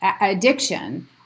addiction